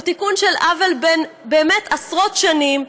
הוא תיקון של עוול בן עשרות שנים.